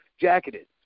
jacketed